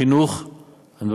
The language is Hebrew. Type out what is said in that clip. מה